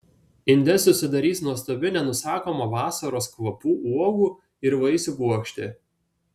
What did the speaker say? inde susidarys nuostabi nenusakomo vasaros kvapų uogų ir vaisių puokštė